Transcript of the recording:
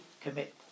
commit